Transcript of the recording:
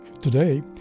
Today